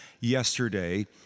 yesterday